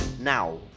now